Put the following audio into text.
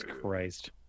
Christ